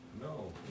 No